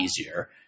easier